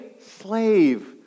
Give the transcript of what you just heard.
slave